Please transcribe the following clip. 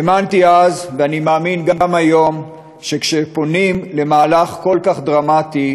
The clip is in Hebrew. האמנתי אז ואני מאמין גם היום שכשפונים למהלך כל כך דרמטי,